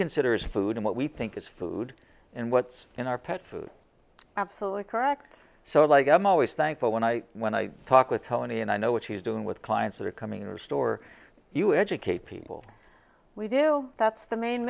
consider as food and what we think is food and what's in our pet food absolutely correct so like i'm always thankful when i when i talk with tony and i know what he's doing with clients that are coming restore you educate people we do that's the main